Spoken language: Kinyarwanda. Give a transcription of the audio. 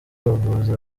abavuzi